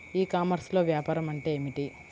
ఈ కామర్స్లో వ్యాపారం అంటే ఏమిటి?